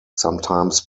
sometimes